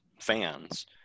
fans